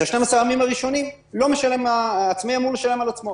את ה-12 הימים הראשונים העצמאי אמור לשלם על עצמו.